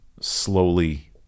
slowly